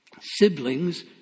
siblings